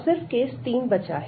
अब सिर्फ केस 3 बचा है